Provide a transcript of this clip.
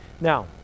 Now